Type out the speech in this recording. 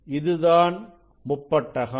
இதுதான் முப்பட்டகம்